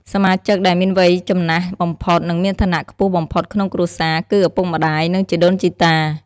សមាជិកដែលមានវ័យចំណាស់បំផុត និងមានឋានៈខ្ពស់បំផុតក្នុងគ្រួសារ គឺ ឪពុកម្ដាយ និងជីដូនជីតា។